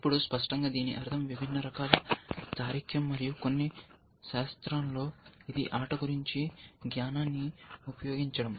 ఇప్పుడు స్పష్టంగా దీని అర్థం విభిన్న రకాల తార్కికం మరియు కొన్ని శాస్త్రంలో ఇది ఆట గురించి జ్ఞానాన్ని ఉపయోగించడం